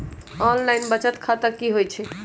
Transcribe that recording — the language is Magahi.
ऑनलाइन बचत खाता की होई छई?